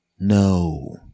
No